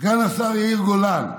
סגן השר יאיר גולן: